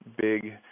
big